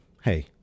hey